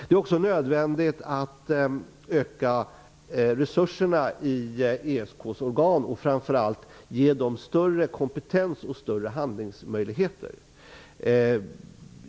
Det är också nödvändigt att öka resurserna till ESK:s organ och framför allt ge dem större kompetens och handlingsmöjligheter.